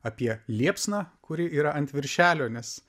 apie liepsną kuri yra ant viršelio nes